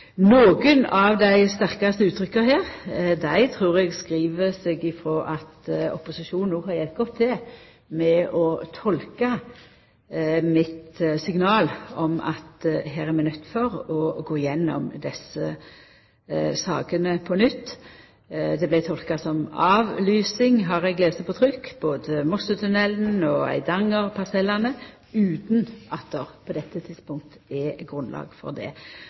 av dei sterkaste uttrykka her trur eg skriv seg frå at opposisjonen no har hjelpt godt til med å tolka mitt signal om at her er vi nøydde til å gå gjennom desse sakene på nytt. Det vart tolka som avlysing, har eg lese på trykk – det gjeld både Mossetunnelen og Eidanger-parsellen – utan at det på dette tidspunkt er grunnlag for det.